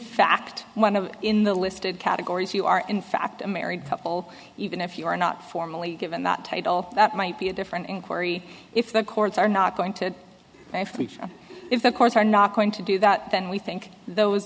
fact one of in the listed categories you are in fact a married couple even if you are not formally given that title that might be a different inquiry if the courts are not going to be if the courts are not going to do that then we think those